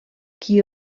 qui